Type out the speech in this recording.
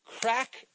crack